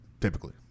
typically